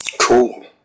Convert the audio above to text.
Cool